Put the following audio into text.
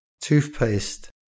toothpaste